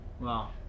Wow